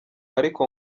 ariko